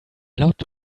lot